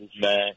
man